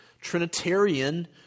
trinitarian